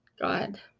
God